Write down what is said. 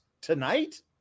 tonight